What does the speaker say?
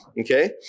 Okay